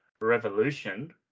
Revolution